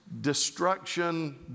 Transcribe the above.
destruction